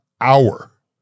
hour